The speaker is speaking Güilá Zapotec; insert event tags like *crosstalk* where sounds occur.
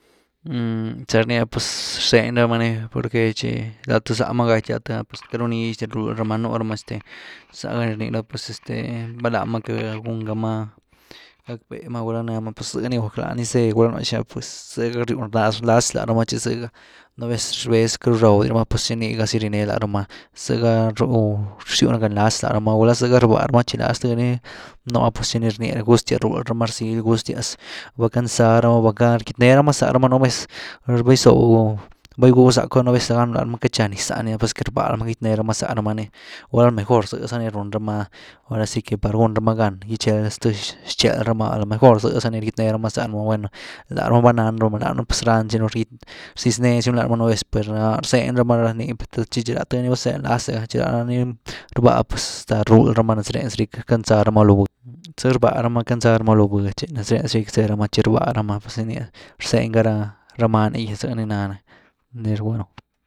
*hesitation* zy rnië pues rzëny ramá nii, porque txi la th záhma gaty ah pues queity rúh nix di rlwy ráma, nú rama este pues za gá ni rní rabá pues este vál ñáma queity gúhn g ama gackbée ma, gulá ná ma pues zy ni guck láni zë’h, gulá no’h xi ná, pues zy nii ryw nláz rama txi zëga nu vez rbéz queity rú rawd’y rama, pues txi ný gazy ryë-né lá rama, zëga ru- rzýwni gan-láz lárama, gulá zëga rbáah rama txi lá ztënni nú ah, pues txi nii rnye gúhstias ruul ramá rzyl, gústias váckanzá rama va, rgyt nëe rama zá rama nú vez, val gýsibw, val gy-gwyw zacu lá ramá katxa niz záni pues es que rbáa’ rama ni kagyt né ráma zá rama nii, gulá mejor zy zani run ramá ahora si que par gún ramá gan gytcheld xth txéel ramá a lo mejorzy, za ni rgytné rama zá rama, bueno, lá rama vá nan rama, danuny pues ránzy nu’, rxyz nee zy nu lá ramá nu’ vez, per áh, rzëny rama rá nii, per txi la tuby nii vazéh nlaz’e gani, txi la rany rbá ah pues hasta rúld rama nez ré, nez riky ckanzá ramá loo vë’h, zy rbáa ramá ckanza ramá lo vë’h txi nez ré, nez riky zé ramá txi rbá’h ramá mer za nya rzeny gá ra many gy zë nii ná ni rgwy nu’.